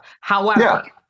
However-